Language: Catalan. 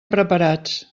preparats